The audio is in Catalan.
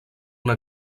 una